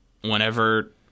whenever –